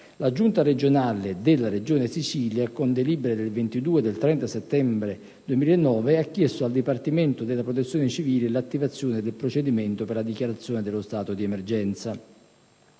la Giunta regionale della Regione siciliana, con delibere del 22 e del 30 settembre 2009, ha chiesto al Dipartimento della Protezione civile l'attivazione del procedimento per la dichiarazione dello stato di emergenza.